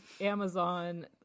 Amazon